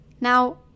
Now